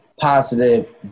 positive